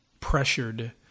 pressured